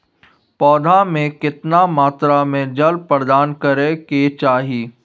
पौधा में केतना मात्रा में जल प्रदान करै के चाही?